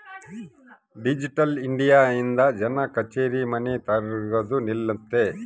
digital India ಇಂದ ಜನ ಕಛೇರಿ ಮನಿ ತಿರ್ಗದು ನಿಲ್ಲುತ್ತ